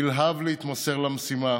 נלהב להתמסר למשימה,